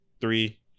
three